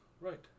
Right